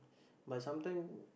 but sometime